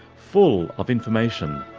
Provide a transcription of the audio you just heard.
full of information,